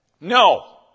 No